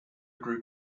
group